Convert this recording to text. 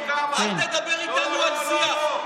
אל תדבר איתנו על שיח.